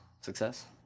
success